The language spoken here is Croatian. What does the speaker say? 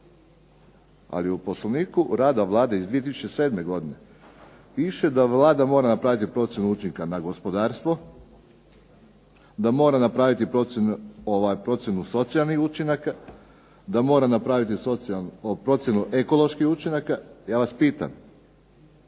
Ali u Poslovniku rada Vlada iz 2007. godine piše da Vlada mora napraviti procjenu učinka na gospodarstvo da mora napraviti procjenu socijalnih učinaka, da mora napraviti procjenu ekoloških učinaka. Ja vas pitam,